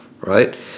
right